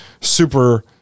super